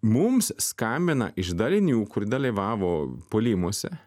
mums skambina iš dalinių kur dalyvavo puolimuose